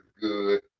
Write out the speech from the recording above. good